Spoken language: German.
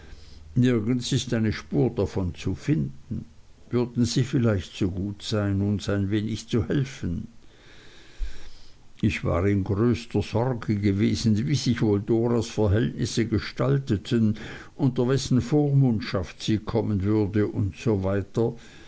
nirgends ist eine spur davon zu finden würden sie vielleicht so gut sein uns ein wenig zu helfen ich war in größter sorge gewesen wie sich wohl doras verhältnisse gestalteten unter wessen vormundschaft sie kommen würde und so weiter